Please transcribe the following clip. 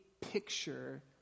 picture